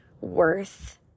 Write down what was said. worth